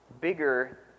bigger